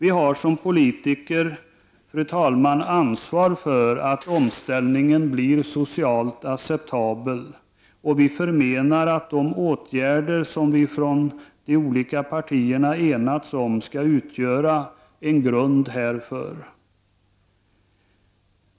Vi har som politiker ansvar för att omställningen kommer att bli socialt acceptabel, och vi menar att de åtgärder som vi i de olika partierna enats om också skall utgöra en grund för detta.